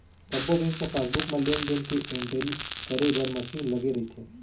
सब्बो बेंक म पासबुक म लेन देन के एंटरी करे बर मसीन लगे रइथे